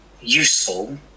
useful